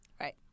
Right